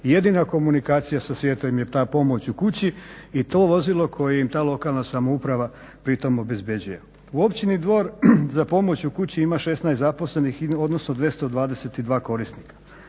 jedina komunikacija sa svijetom im je ta pomoć u kući i to vozilo koje im ta lokalna samouprava pri tome obezbjeđuje. U Općini Dvor za pomoć u kući ima 16 zaposlenih i odnosno 222 korisnika.